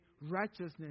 righteousness